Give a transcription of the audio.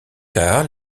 tard